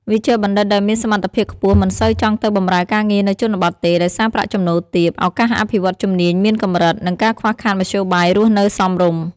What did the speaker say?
វេជ្ជបណ្ឌិតដែលមានសមត្ថភាពខ្ពស់មិនសូវចង់ទៅបម្រើការងារនៅជនបទទេ ដោយសារប្រាក់ចំណូលទាប ឱកាសអភិវឌ្ឍន៍ជំនាញមានកម្រិត និងការខ្វះខាតមធ្យោបាយរស់នៅសមរម្យ។